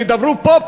ידברו פה,